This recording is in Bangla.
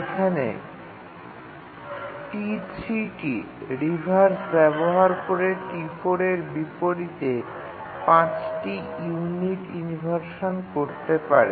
এখানে T3 টি T4 এর বিপরীতে ৫ ইউনিট ইনভারশান করতে পারে